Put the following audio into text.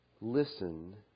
listen